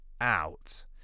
out